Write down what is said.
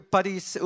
Paris